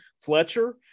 Fletcher